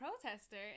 protester